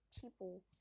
people